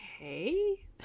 okay